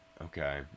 okay